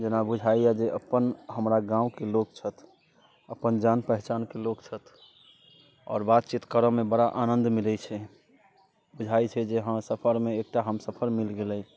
जेना बुझाइए जे अपन हमरा गामके लोक छथि अपन जान पहचानके लोक छथि आओर बातचीत करयमे बड़ा आनन्द मिलैत छै बुझाइत छै जे हँ सफरमे एकटा हमसफर मिल गेलै